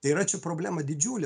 tai yra čia problema didžiulė